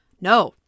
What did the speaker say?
no